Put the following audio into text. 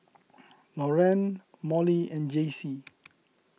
Loren Mollie and Jaycee